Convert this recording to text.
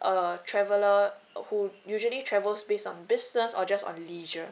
a traveller who usually travels based on business or just on leisure